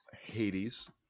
Hades